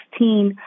16